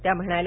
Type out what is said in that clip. त्या म्हणाल्या